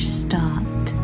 start